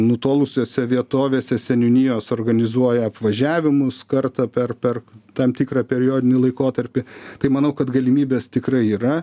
nutolusiose vietovėse seniūnijos organizuoja apvažiavimus kartą per per tam tikrą periodinį laikotarpį tai manau kad galimybės tikrai yra